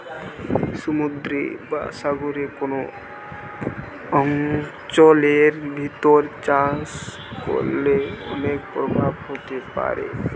সমুদ্রের বা সাগরের কোন অঞ্চলের ভিতর চাষ করলে অনেক প্রভাব হতে পারে